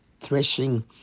threshing